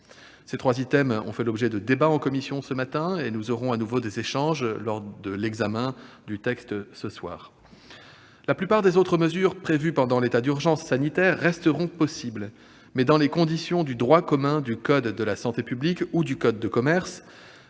Ces trois items ont fait l'objet de débats en commission ce matin, et nous aurons de nouveau des échanges sur ces sujets lors de l'examen des articles ce soir. L'application de la plupart des autres mesures prévues pendant l'état d'urgence sanitaire restera possible, mais dans les conditions du droit commun du code de la santé publique ou du code de commerce,